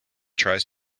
tries